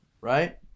right